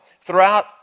throughout